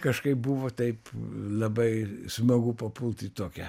kažkaip buvo taip labai smagu papult į tokią